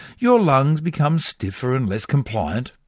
your lungs become stiffer and less compliant.